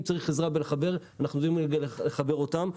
אם צריך עזרה בלחבר, אנחנו יודעים לחבר אותם.